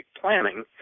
planning